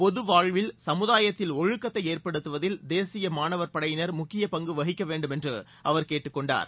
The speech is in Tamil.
பொது வாழ்வில் சமுதாயத்தில் ஒழுக்கத்தை ஏற்படுத்துவதில் தேசிய மாணவர் படையினர் முக்கிய பங்கு வகிக்க வேண்டும் என்று அவர் கேட்டுக்கொண்டார்